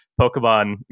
Pokemon